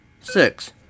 six